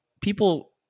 people